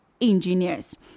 engineers